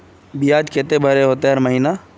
बियाज केते भरे होते हर महीना?